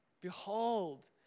Behold